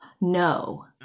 No